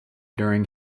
during